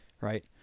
right